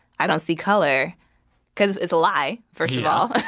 i don't see color because it's a lie, first of all